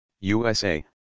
USA